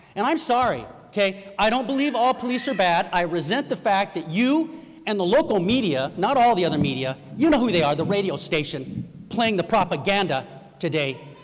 and i'm sorry okay i don't believe all police are bad. i resent the fact that you and the local media, not all the other media, you know who they are, the radio station playing the propaganda today,